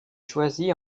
choisi